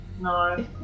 No